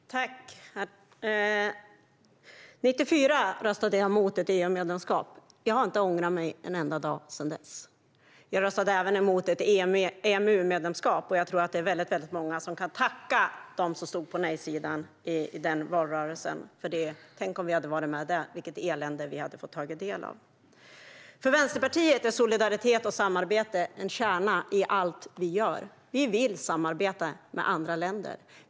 Herr talman! År 1994 röstade jag mot ett EU-medlemskap. Jag har inte ångrat mig en enda dag sedan dess. Jag röstade även mot ett EMU-medlemskap, och jag tror att det är många som kan tacka dem som stod på nejsidan i den valrörelsen för det. Tänk om vi hade varit med där och vilket elände vi då hade fått ta del av! För Vänsterpartiet är solidaritet och samarbete en kärna i allt vi gör. Vi vill samarbeta med andra länder.